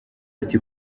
ati